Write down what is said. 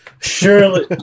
Surely